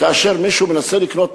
כאשר מישהו מנסה לקנות,